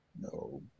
No